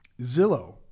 Zillow